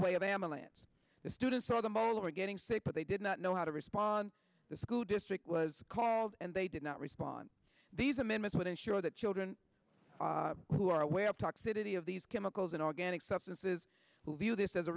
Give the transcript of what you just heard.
way of ambulance the students or the mall or getting sick but they did not know how to respond the school district was called and they did not respond to these amendments would ensure that children who are aware of talk city of these chemicals and organic substances who view this as a